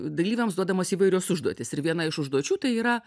dalyviams duodamos įvairios užduotys ir viena iš užduočių tai yra